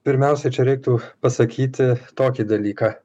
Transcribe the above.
pirmiausia čia reiktų pasakyti tokį dalyką